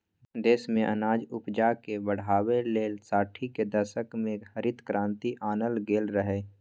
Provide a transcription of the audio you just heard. देश मे अनाज उपजाकेँ बढ़ाबै लेल साठि केर दशक मे हरित क्रांति आनल गेल रहय